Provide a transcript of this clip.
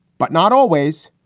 but not always.